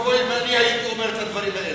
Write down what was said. אוי ואבוי אם אני הייתי אומר את הדברים האלה.